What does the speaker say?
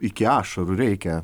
iki ašarų reikia